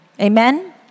Amen